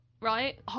right